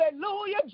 Hallelujah